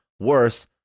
worse